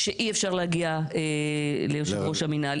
שאי אפשר להגיע ליושב ראש המנהל,